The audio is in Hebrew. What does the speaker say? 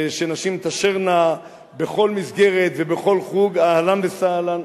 ושנשים תשרנה בכל מסגרת ובכל חוג, אהלן וסהלן,